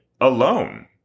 alone